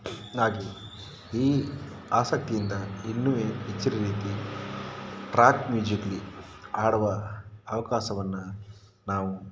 ಈ ಆಸಕ್ತಿಯಿಂದ ಇನ್ನೂ ಹೆಚ್ಚಿನ ರೀತಿಯಲ್ಲಿ ಟ್ರ್ಯಾಕ್ ಮ್ಯೂಜಿಕಲ್ಲಿ ಆಡುವ ಅವಕಾಶವನ್ನು ನಾವು